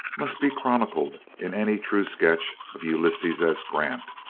must be chronicled in any true sketch of ulysses s. grant.